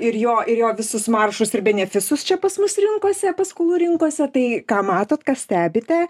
ir jo ir jo visus maršus ir benefisus čia pas mus rinkose paskolų rinkose tai ką matot ką stebite